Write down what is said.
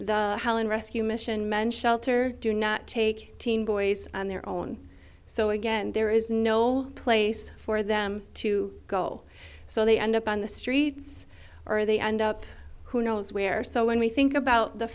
and rescue mission men shelter do not take teen boys on their own so again there is no place for them to go so they end up on the streets or they end up who knows where so when we think about the